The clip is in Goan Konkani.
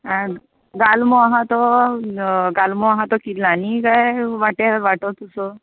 आं गालमो आहा तो गालमो आहा तो किलांनी कांय वांट्या वांटोत असो